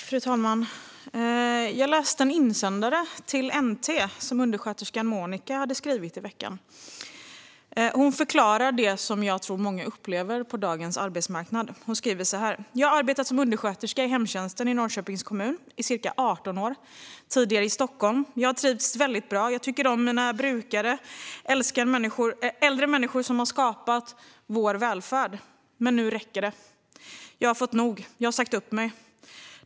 Fru talman! Jag läste en insändare i NT som undersköterskan Monica hade skrivit i veckan. Hon förklarar det som jag tror att många upplever på dagens arbetsmarknad och skriver så här: Jag har arbetat som undersköterska inom hemtjänsten i Norrköpings kommun i ca 18 år och jobbade tidigare i Stockholm. Jag har trivts väldigt bra och tycker om mina brukare - äldre människor som har skapat vår välfärd. Men nu räcker det. Jag har fått nog. Jag har sagt upp mig.